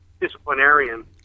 disciplinarian